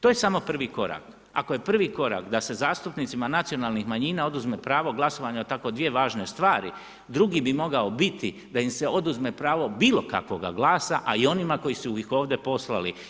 To je samo prvi korak, ako je prvi korak da se zastupnicima nacionalnih manjina oduzme pravo glasovanja o tako dvije važne stvari, drugi bi mogao biti da im se oduzme pravo bilo kakvoga glasa a i onima koji su ih ovdje poslali.